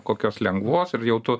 kokios lengvos ir jau tu